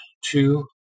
two